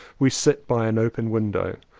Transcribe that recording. we sit by an open window.